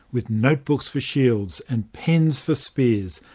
with notebooks for shields and pens for spears,